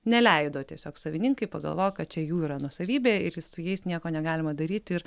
neleido tiesiog savininkai pagalvojo kad čia jų yra nuosavybė ir su jais nieko negalima daryti ir